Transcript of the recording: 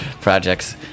projects